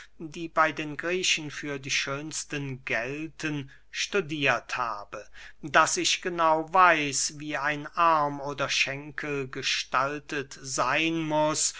die bey den griechen für die schönsten gelten studiert habe daß ich genau weiß wie ein arm oder schenkel gestaltet seyn muß